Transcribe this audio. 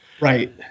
Right